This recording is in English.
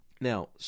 Now